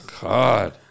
God